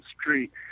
street